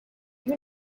you